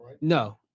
no